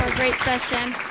great session.